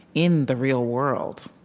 in the real world,